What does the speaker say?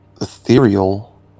ethereal